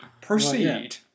Proceed